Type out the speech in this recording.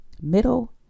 middle